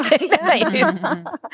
nice